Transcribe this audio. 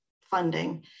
funding